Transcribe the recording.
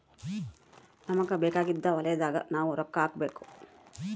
ನಮಗ ಬೇಕಾಗಿದ್ದ ವಲಯದಾಗ ನಾವ್ ರೊಕ್ಕ ಹಾಕಬೇಕು